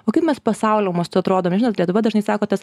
o kaip mes pasaulio mastu atrodom žinot lietuva dažnai sako tas